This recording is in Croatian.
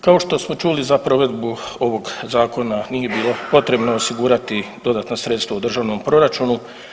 Kao što smo čuli za provedbu ovog zakona nije bilo potrebno osigurati dodatna sredstva u državnom proračunu.